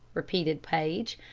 repeated paige.